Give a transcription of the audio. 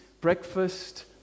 breakfast